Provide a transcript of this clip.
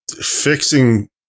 fixing